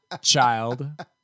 Child